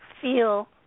feel